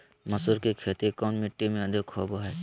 मसूर की खेती कौन मिट्टी में अधीक होबो हाय?